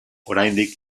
oraindik